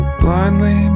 blindly